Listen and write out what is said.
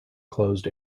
closed